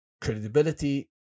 Credibility